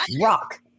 rock